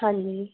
ਹਾਂਜੀ